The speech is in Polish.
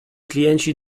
klienci